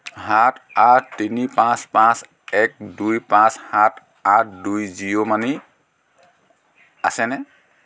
সাত আঠ তিনি পাঁচ পাঁচ এক দুই পাঁচ সাত আঠ দুই জিঅ' মানি আছেনে